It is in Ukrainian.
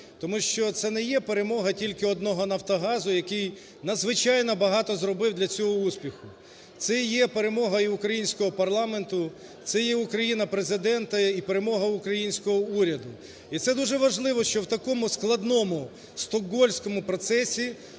Тому що це не є перемога тільки одного "Нафтогазу", який надзвичайно багато зробив для цього успіху. Це є перемога і українського парламенту, це є Україна Президента і перемога українського уряду. І це дуже важливо, що в такому складному Стокгольмському процесі